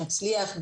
מצליח,